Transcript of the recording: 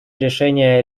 решения